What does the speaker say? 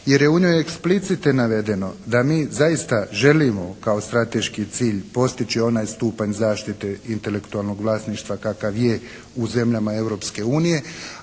jer je u njoj eksplicite navedeno da mi zaista želimo kao strateški cilj postići onaj stupanj zaštite intelektualnog vlasništva kakav je u zemljama Europske unije,